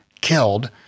killed